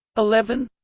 eleven